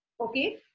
okay